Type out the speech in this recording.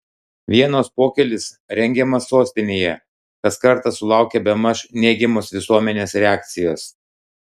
vienos pokylis rengiamas sostinėje kas kartą sulaukia bemaž neigiamos visuomenės reakcijos